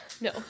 No